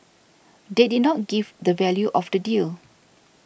they did not give the value of the deal